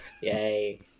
Yay